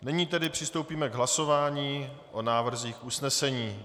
Nyní tedy přistoupíme k hlasování o návrzích usnesení.